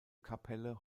kapelle